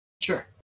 Sure